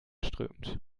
strömt